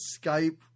Skype